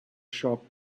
shop